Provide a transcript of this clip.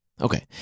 Okay